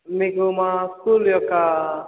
మీకు మా స్కూల్ యొక్క